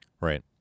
Right